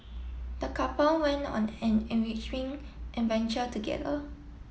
the couple went on an enriching adventure together